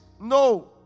No